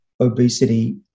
obesity